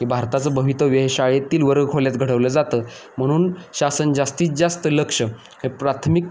की भारताचं भवितव्य शाळेतील वर्गखोल्यांत घडवलं जातं म्हणून शासन जास्तीत जास्त लक्ष हे प्राथमिक